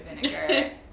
vinegar